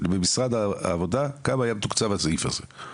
במשרד העבודה, כמה היה מתוקצב הסעיף הזה?